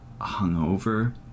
hungover